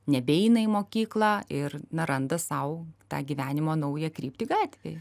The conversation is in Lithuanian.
nebeina į mokyklą ir neranda sau tą gyvenimo naują kryptį gatvėj